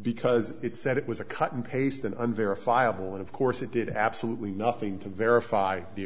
because it said it was a cut and paste and unverifiable and of course it did absolutely nothing to verify the